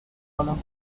olympics